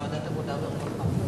בוועדת העבודה והרווחה.